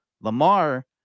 Lamar